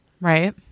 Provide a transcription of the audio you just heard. right